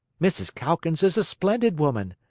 mrs. calkins is a splendid woman.